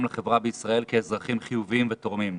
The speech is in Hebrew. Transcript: לחברה בישראל כאזרחים חיוביים ותורמים.